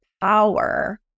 power